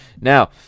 Now